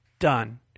done